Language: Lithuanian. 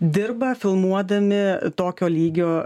dirba filmuodami tokio lygio